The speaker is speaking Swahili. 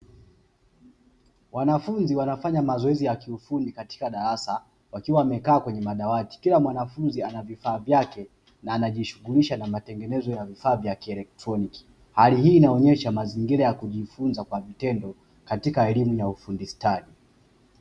Wanafunzi wanafanya mazoezi ya kiufundi katika darasa wakiwa wamekaa kwenye madawati, kila mwanafunzi ana vifaa vyake na anajishughulisha na matengenezo ya vifaa vya kielekroniki. Hali hii inaonyesha mazingira ya kujifunza kwa vitendo katika elimu ya ufundi stadi.